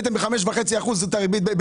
העליתם ב-5.5% את הריבית.